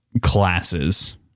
classes